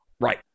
Right